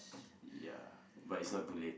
ya but it's not too late